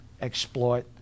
exploit